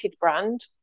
brand